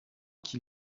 qui